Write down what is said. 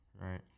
Right